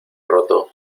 roto